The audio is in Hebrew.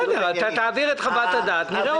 בסדר, תעביר את חוות הדעת ונראה אותה.